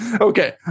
Okay